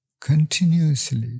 Continuously